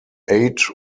eight